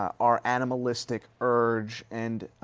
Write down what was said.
our animalistic urge and,